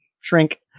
shrink